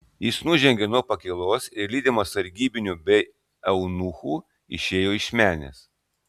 jis nužengė nuo pakylos ir lydimas sargybinių bei eunuchų išėjo iš menės